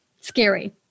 scary